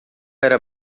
era